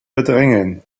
verdrängen